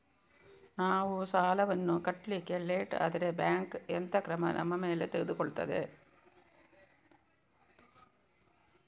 ನಾವು ಸಾಲ ವನ್ನು ಕಟ್ಲಿಕ್ಕೆ ಲೇಟ್ ಆದ್ರೆ ಬ್ಯಾಂಕ್ ಎಂತ ಕ್ರಮ ನಮ್ಮ ಮೇಲೆ ತೆಗೊಳ್ತಾದೆ?